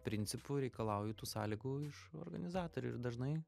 principu reikalauju tų sąlygų iš organizatorių ir dažnai